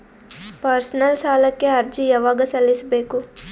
Personal ಸಾಲಕ್ಕೆ ಅರ್ಜಿ ಯವಾಗ ಸಲ್ಲಿಸಬೇಕು?